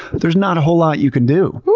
there's not a whole lot you can do.